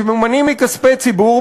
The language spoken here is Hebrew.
שממומנים מכספי ציבור,